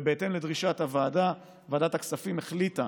ובהתאם לדרישת הוועדה ועדת הכספים החליטה